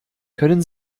können